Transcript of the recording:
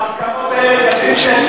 בהסכמות אין,